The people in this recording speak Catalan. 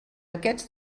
aquests